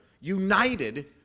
united